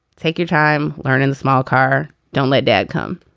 take your time learn in the small car don't let dad come